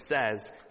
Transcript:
says